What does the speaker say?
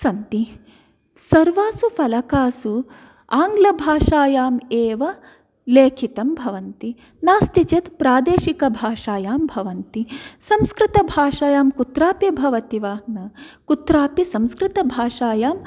सन्ति सर्वासु फलकासु आङ्गलभाषायाम् एव लिखितं भवन्ति नास्ति चेत् प्रादेशिकभाषायां भवन्ति संस्कृतभाषायां कुत्रापि भवति वा न कुत्रापि संस्कृतभाषायां